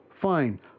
Fine